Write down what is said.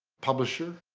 publisher,